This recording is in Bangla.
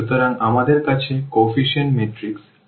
সুতরাং আমাদের কাছে কোএফিসিয়েন্ট ম্যাট্রিক্স A রয়েছে